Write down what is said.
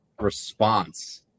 response